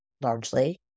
largely